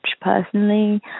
personally